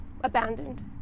abandoned